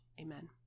Amen